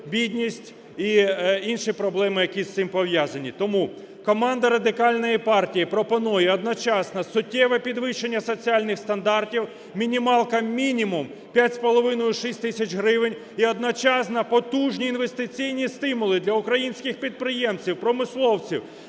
бідність і інші проблеми, які з цим пов'язані. Тому команда Радикальної партії пропонує одночасно суттєве підвищення соціальних стандартів: мінімалка – мінімум 5,5-6 тисяч гривень і одночасно потужні інвестиційні стимули для українських підприємців, промисловців,